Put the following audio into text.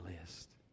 list